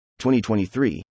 2023